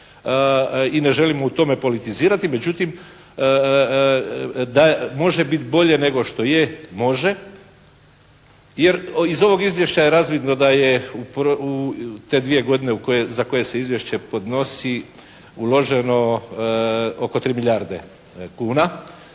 i ne želim u tome politizirati. Međutim, može biti bolje nego što je, može, jer iz ovog izvješća je razvidno da je u te dvije godine za koje se izvješće podnosi, uloženo oko 3 milijarde kuna.